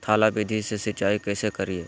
थाला विधि से सिंचाई कैसे करीये?